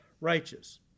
righteous